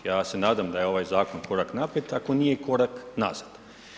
Ja se nadam da je ovaj zakon korak naprijed, ako nije korak nazad.